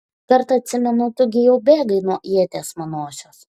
kartą atsimenu tu gi jau bėgai nuo ieties manosios